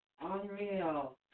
Unreal